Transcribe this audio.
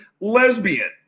lesbian